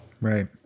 right